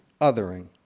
othering